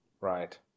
Right